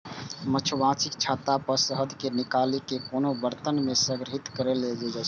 मछुमाछीक छत्ता सं शहद कें निकालि कें कोनो बरतन मे संग्रहीत कैल जाइ छै